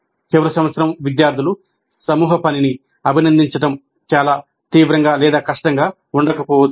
చివరి సంవత్సరం విద్యార్థులు సమూహ పనిని అభినందించడం చాలా తీవ్రంగా లేదా కష్టంగా ఉండకపోవచ్చు